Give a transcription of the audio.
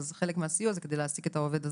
אמרת שחלק מהסיוע זה כדי להעסיק את העובד הזר,